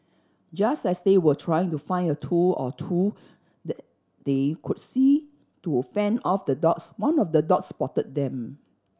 just as they were trying to find a tool or two that they could use to fend off the dogs one of the dogs spotted them